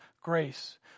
grace